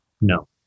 no